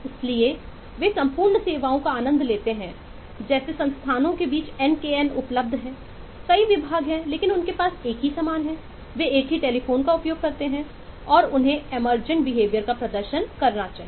इसलिए वे संपूर्ण सेवाओं का आनंद लेते हैं जैसे संस्थानों के बीच nkn उपलब्ध है कई विभाग हैं लेकिन उनके पास एक ही समान हैं वे एक ही टेलीफोन का उपयोग करते हैं और उन्हें एमअर्जेंट बिहेवियर प्रदर्शन करना चाहिए